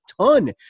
ton